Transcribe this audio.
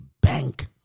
bank